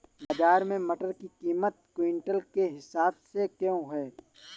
बाजार में मटर की कीमत क्विंटल के हिसाब से क्यो है?